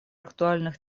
актуальных